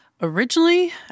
Originally